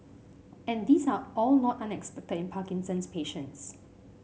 and these are all not unexpected in Parkinson's patients